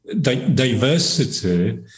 Diversity